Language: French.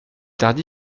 tardy